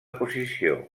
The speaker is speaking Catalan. posició